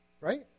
Right